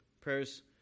prayers